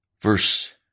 Verse